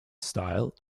style